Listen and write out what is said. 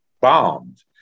bombed